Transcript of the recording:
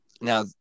Now